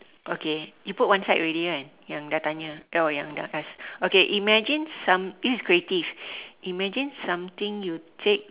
okay you put one side already kan yang dah tanya or yang dah kasih okay imagine some~ this is creative imagine something you take